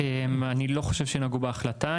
אני לא חושב שנגעו בהחלטה,